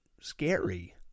scary